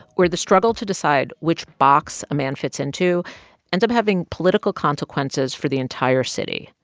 where the struggle to decide which box a man fits into ends up having political consequences for the entire city.